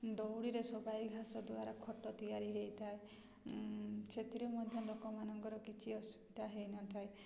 ଦଉଡ଼ିରେ ସବାଇ ଘାସ ଦ୍ୱାରା ଖଟ ତିଆରି ହେଇଥାଏ ସେଥିରେ ମଧ୍ୟ ଲୋକମାନଙ୍କର କିଛି ଅସୁବିଧା ହେଇନଥାଏ